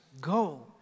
go